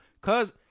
Cause